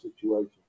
situation